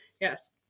Yes